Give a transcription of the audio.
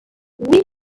oui